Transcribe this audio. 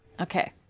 Okay